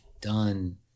done